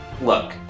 look